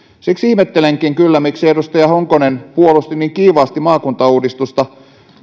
siksi ihmettelenkin kyllä miksi edustaja honkonen puolusti niin kiivaasti maakuntauudistusta